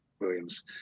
Williams